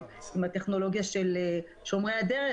עם הטכנולוגיה של שומרי הדרך,